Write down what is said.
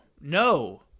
no